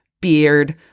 beard